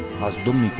has been